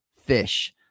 fish